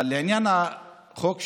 אבל לעניין החוק שלנו.